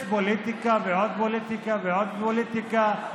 יש פוליטיקה ועוד פוליטיקה ועוד פוליטיקה,